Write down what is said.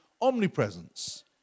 omnipresence